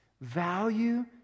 Value